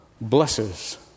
blesses